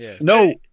no